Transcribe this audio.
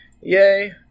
yay